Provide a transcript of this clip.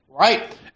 Right